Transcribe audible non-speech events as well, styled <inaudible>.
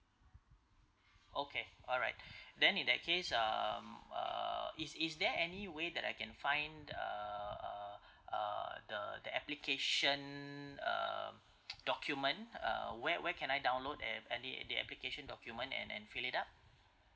okay alright <breath> then in that case um uh is is there any way that I can find uh uh <breath> uh the the application um document uh where where can I download there have any the application document and and fill it up